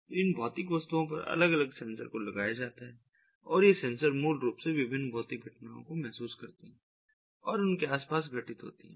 तो इन भौतिक वस्तुओं पर अलग अलग सेंसर को लगाया जाता है और ये सेंसर मूल रूप से विभिन्न भौतिक घटनाओं को महसूस करते हैं जो उनके आस पास घटित होती हैं